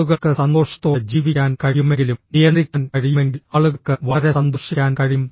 ആളുകൾക്ക് സന്തോഷത്തോടെ ജീവിക്കാൻ കഴിയുമെങ്കിലും നിയന്ത്രിക്കാൻ കഴിയുമെങ്കിൽ ആളുകൾക്ക് വളരെ സന്തോഷിക്കാൻ കഴിയും